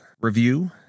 review